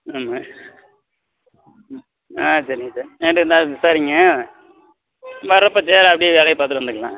ஆமாம் ஆ சரிங்க சார் இருந்தால் விசாரியுங்க வரப்போ அப்படியே வேலையை பார்த்துட்டு வந்துக்கலாங்க